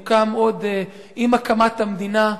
הוא קם עם הקמת המדינה.